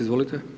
Izvolite.